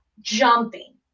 Jumping